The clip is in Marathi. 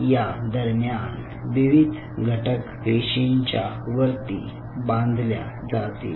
या दरम्यान विविध घटक पेशींच्या वरती बांधल्या जातील